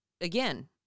again